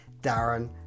darren